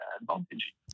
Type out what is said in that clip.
advantage